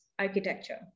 architecture